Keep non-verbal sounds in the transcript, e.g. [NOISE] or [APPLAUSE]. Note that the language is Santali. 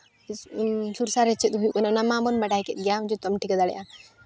[UNINTELLIGIBLE] ᱪᱮᱫ ᱦᱩᱭᱩᱜ ᱠᱟᱱᱟ ᱚᱱᱟ ᱢᱟᱵᱚᱱ ᱵᱟᱰᱟᱭ ᱠᱮᱫ ᱜᱮᱭᱟ ᱡᱚᱛᱚᱢ ᱴᱷᱤᱠᱟᱹ ᱫᱟᱲᱮᱭᱟᱜᱼᱟ